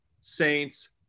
Saints